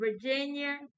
Virginia